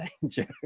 danger